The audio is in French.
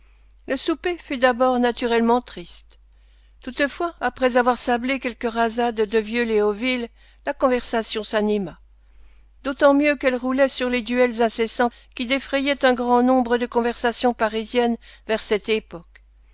le souper fut d'abord naturellement triste toutefois après avoir sablé quelques rasades de vieux léoville la conversation s'anima d'autant mieux qu'elle roulait sur les duels incessants qui défrayaient un grand nombre de conversations parisiennes vers cette époque